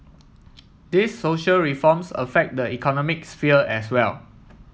these social reforms affect the economic sphere as well